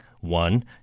one